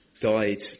Died